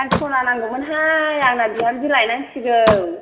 आंनो स'ना नांगौमोनहाय आंना बिहामजो लायनांसिगौ